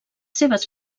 seves